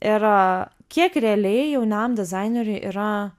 ir a kiek realiai jaunam dizaineriui yra